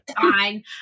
fine